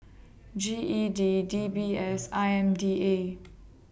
G E D D B S and I M D A